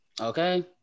Okay